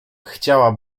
chciała